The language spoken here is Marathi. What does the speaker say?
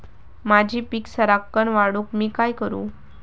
माझी पीक सराक्कन वाढूक मी काय करू?